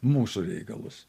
mūsų reikalus